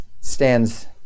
stands